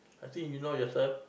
I think you know yourself